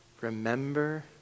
Remember